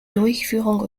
durchführung